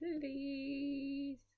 please